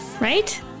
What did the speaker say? right